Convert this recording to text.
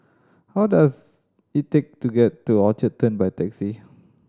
how does it take to get to Orchard Turn by taxi